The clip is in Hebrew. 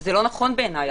זה לא נכון בעיניי.